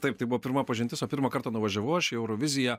taip tai buvo pirma pažintis o pirmą kartą nuvažiavau aš į euroviziją